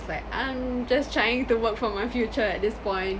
it's like I'm just trying to work for my future at this point